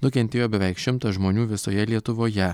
nukentėjo beveik šimtas žmonių visoje lietuvoje